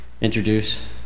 introduce